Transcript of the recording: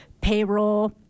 payroll